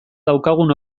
daukagun